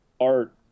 art